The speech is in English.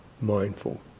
mindful